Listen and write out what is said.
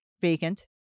vacant